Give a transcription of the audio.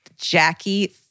Jackie